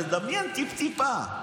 תדמיין טיפ-טיפה.